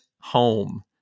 Home